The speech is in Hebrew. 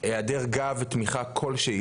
היעדר של תמיכה כל שהיא,